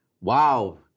wow